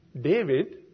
David